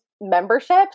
membership